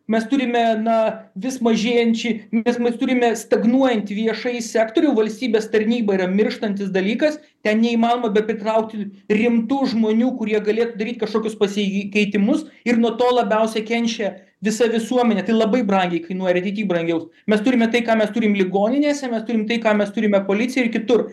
mes turime na vis mažėjančį mes mes turime stagnuojant viešąjį sektorių valstybės tarnyba yra mirštantis dalykas ten neįmanoma bet pritraukti rimtų žmonių kurie galėtų daryt kažkokius pasikeitimus ir nuo to labiausiai kenčia visa visuomenė tai labai brangiai kainuoja ir ateity brangiau mes turime tai ką mes turim ligoninėse mes turim tai ką mes turime policijai ir kitur